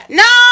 no